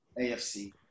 AFC